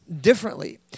differently